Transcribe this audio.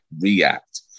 react